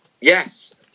Yes